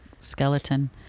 skeleton